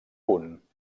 punt